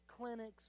clinics